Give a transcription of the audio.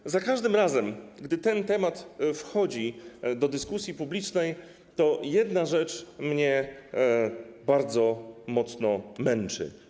Ale za każdym razem, gdy ten temat wchodzi do dyskusji publicznej, jedna rzecz mnie bardzo mocno męczy.